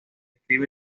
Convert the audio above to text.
describe